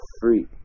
free